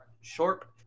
Short